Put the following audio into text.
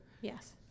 Yes